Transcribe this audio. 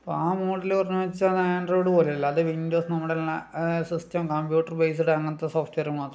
അപ്പം ആ മോഡല് പറഞ്ഞ് വച്ചാൽ അത് ആൻഡ്രോയിഡ് പോലെ അല്ല അത് വിൻഡോസ് നമ്മുടെ ലാ സിസ്റ്റം നമ്മുടെ കമ്പ്യൂട്ടർ ബേസ്ഡ് അങ്ങനത്തെ സോഫ്റ്റ്വെയർ മാത്രമാണ്